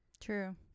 True